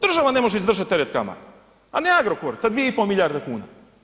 Država ne može izdržati teret kamata a ne Agrokor sa 2,5 milijarde kuna.